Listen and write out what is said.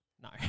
No